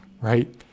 Right